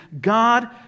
God